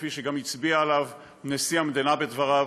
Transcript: כפי שגם הצביע עליו נשיא המדינה בדבריו.